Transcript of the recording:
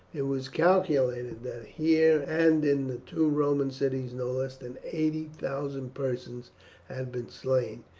it was calculated that here and in the two roman cities no less than eighty thousand persons had been slain.